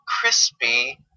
crispy